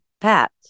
Pat